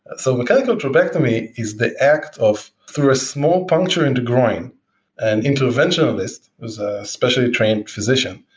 so mechanical thrombectomy is the act of through a small puncture in the groin and interventionalist was a specially trained physician,